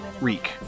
Reek